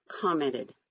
commented